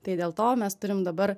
tai dėl to mes turim dabar